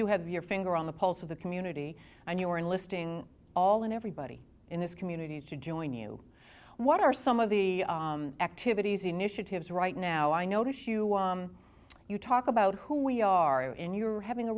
do have your finger on the pulse of the community and you are enlisting all in everybody in this community to join you what are some of the activities initiatives right now i notice you you talk about who we are in you're having a